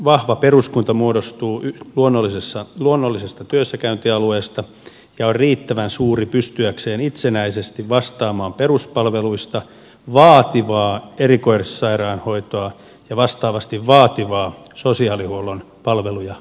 vahva peruskunta muodostuu luonnollisista työssäkäyntialueista ja on riittävän suuri pystyäkseen itsenäisesti vastaamaan peruspalveluista vaativaa erikoissairaanhoitoa ja vastaavasti vaativia sosiaalihuollon palveluja lukuun ottamatta